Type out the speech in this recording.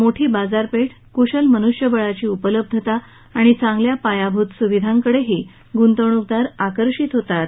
मोठी बाजारपेठ कुशल मनुष्यबळाची उपलब्धता आणि चांगल्या पायाभूत सुविधांकडेही गुंतवणूकदार आकर्षित होतात